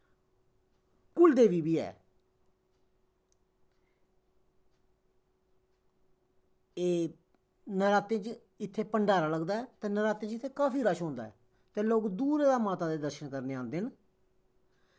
कुल देवी बी ऐ एह् नरातें च इत्थें भण्डारा लगदा ऐ ते नरातें च इत्थें काफी रश होंदा ऐ ते लोग दूरा दा माता दे दर्शन करने गी आंदे न